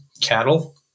cattle